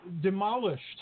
demolished